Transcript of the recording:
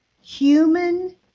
human